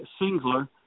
Singler